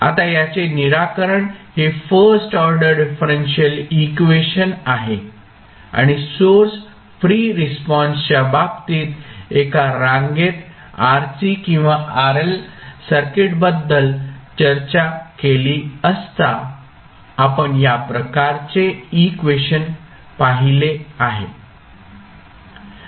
आता याचे निराकरण हे फर्स्ट ऑर्डर डिफरेंशियल इक्वेशन आहे आणि सोर्स फ्री रिस्पॉन्सच्या बाबतीत एका रांगेत RC किंवा RL सर्किटबद्दल चर्चा केली असता आपण या प्रकारचे इक्वेशन पाहिले आहे